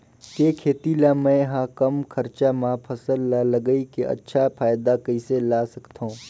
के खेती ला मै ह कम खरचा मा फसल ला लगई के अच्छा फायदा कइसे ला सकथव?